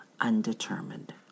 undetermined